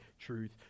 truth